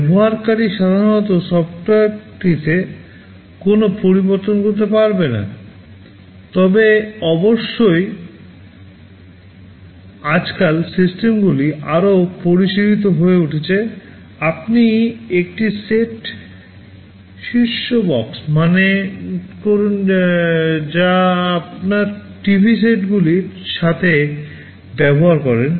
ব্যবহারকারী সাধারণত সফ্টওয়্যারটিতে কোনও পরিবর্তন করতে পারবেন না তবে অবশ্যই আজকাল সিস্টেমগুলি আরও পরিশীলিত হয়ে উঠছে আপনি একটি সেট টপ বক্স মনে করেন যা আপনি টিভি সেটগুলির সাথে ব্যবহার করেন